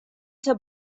ser